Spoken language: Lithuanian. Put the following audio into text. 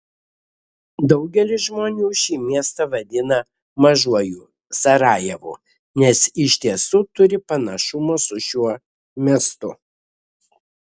daugelis žmonių šį miestą vadina mažuoju sarajevu nes iš tiesų turi panašumų su šiuo miestu